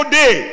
day